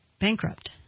bankrupt